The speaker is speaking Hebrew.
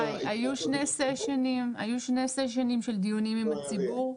שי, היו שני סשנים של דיונים עם הציבור.